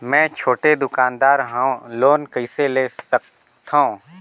मे छोटे दुकानदार हवं लोन कइसे ले सकथव?